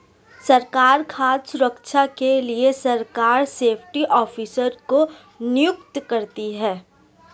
सरकार खाद्य सुरक्षा के लिए सरकार सेफ्टी ऑफिसर को नियुक्त करती है